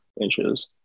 inches